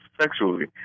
sexually